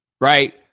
right